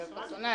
קו.